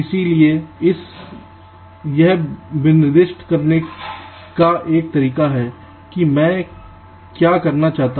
इसलिए यह निर्दिष्ट करने का एक तरीका है कि मैं क्या करना चाहता हूं